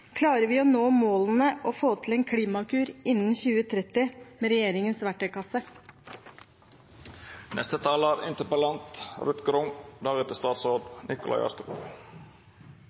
Klarer vi å nå målene og få til en Klimakur innen 2030 med regjeringens verktøykasse?